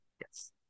Yes